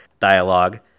dialogue